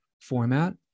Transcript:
format